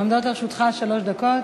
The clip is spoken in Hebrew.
עומדות לרשותך שלוש דקות.